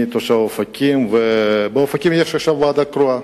אני תושב אופקים, ובאופקים יש עכשיו ועדה קרואה.